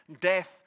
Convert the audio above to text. Death